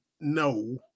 no